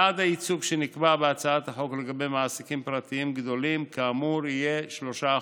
יעד הייצוג שנקבע בהצעת החוק לגבי מעסיקים פרטיים גדולים כאמור יהיה 3%,